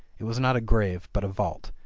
it was not a grave, but a vault.